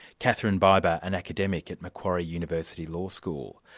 katherine biber, an academic at macquarie university law school.